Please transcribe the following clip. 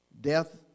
Death